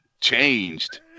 Changed